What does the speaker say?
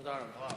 תודה רבה.